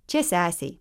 čia sesei